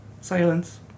silence